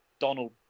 Donald